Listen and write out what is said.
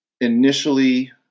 Initially